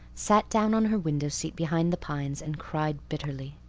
sat down on her window seat behind the pines, and cried bitterly.